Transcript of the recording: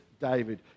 David